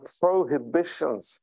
prohibitions